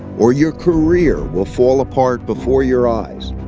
or your career will fall apart before your eyes.